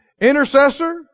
Intercessor